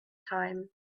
time